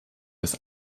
des